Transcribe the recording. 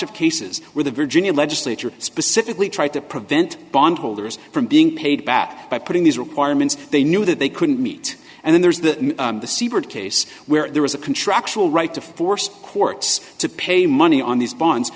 of cases where the virginia legislature specifically tried to prevent bond holders from being paid back by putting these requirements they knew that they couldn't meet and then there's the case where there was a contractual right to force courts to pay money on these bonds